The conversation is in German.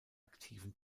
aktiven